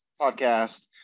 podcast